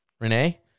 Renee